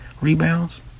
rebounds